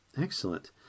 Excellent